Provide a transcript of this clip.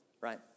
right